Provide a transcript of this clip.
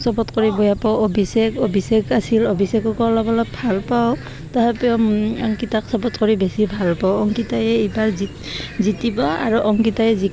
চবত কৰি বেয়া পাওঁ অভিশেক অভিশেক আছিল অভিশেকক অলপ অলপ ভাল পাওঁ তাৰপা অংকিতাক চবত কৰি বেছি ভাল পাওঁ অংকিতায়ে এইবাৰ জ জিতিব আৰু অংকিতায়ে জ